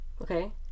okay